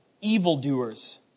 evildoers